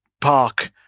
park